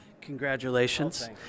Congratulations